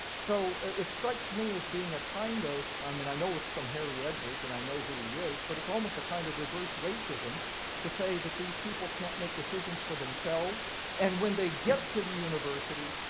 so, it strikes me as being a kind of, i mean i know it's from harry edwards, and i know who he is, but it's almost a kind of reverse racism to say that these people can't make decisions for themselves and when they get to the university,